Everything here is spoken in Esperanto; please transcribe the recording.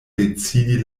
decidi